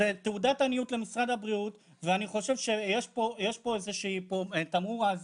ומה ההיגיון מאחורי הקביעה